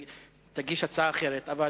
תגיש הצעה אחרת, אבל